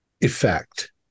effect